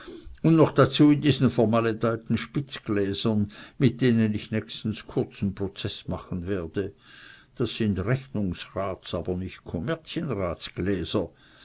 und noch dazu in diesen vermaledeiten spitzgläsern mit denen ich nächstens kurzen prozeß machen werde das sind rechnungsrats aber nicht